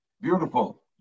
Beautiful